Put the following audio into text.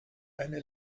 eine